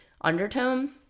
undertone